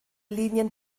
linien